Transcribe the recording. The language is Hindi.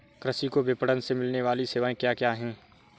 कृषि को विपणन से मिलने वाली सेवाएँ क्या क्या है